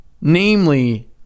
namely